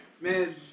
Man